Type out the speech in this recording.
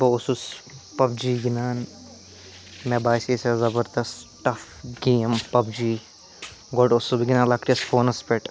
بہٕ اوسُس PUBG گِنٛدان مےٚ باسیے سۄ زبردَس ٹَف گیم پَب جی گۄڈٕ اوسُس بہٕ گِنٛدان لۅکٹِس فونَس پٮ۪ٹھ